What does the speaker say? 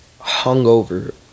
hungover